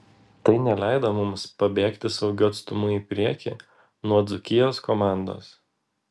tai neleido mums pabėgti saugiu atstumu į priekį nuo dzūkijos komandos